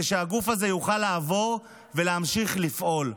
שהגוף הזה יוכל לעבור ולהמשיך לפעול.